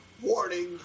Warning